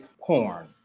porn